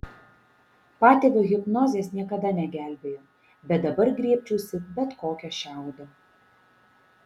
patėvio hipnozės niekada negelbėjo bet dabar griebčiausi bet kokio šiaudo